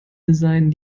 designen